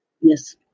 Yes